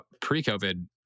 pre-COVID